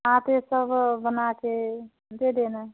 हाँ तो यह सब बना कर दे देना